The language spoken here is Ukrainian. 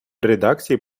редакції